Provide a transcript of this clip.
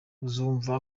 uzumva